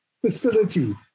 facility